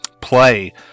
play